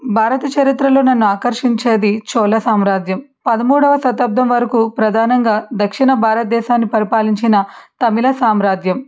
భారత చరిత్రలో నన్ను ఆకర్షించేది చోళ సామ్రాజ్యం పదమూడవ శతాబ్దం వరకు ప్రధానంగా దక్షిణ భారతదేశాన్ని పరిపాలించిన తమిళ సామ్రాజ్యం